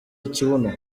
ikibuno